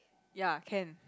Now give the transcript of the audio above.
ya can